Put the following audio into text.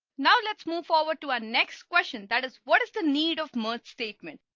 now, let's move forward to our next question that is what is the need of merge statement.